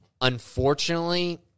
Unfortunately